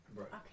okay